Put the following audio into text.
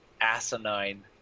asinine